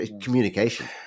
communication